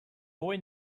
boy